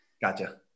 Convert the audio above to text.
Gotcha